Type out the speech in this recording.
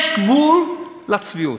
יש גבול לצביעות.